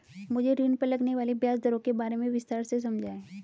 मुझे ऋण पर लगने वाली ब्याज दरों के बारे में विस्तार से समझाएं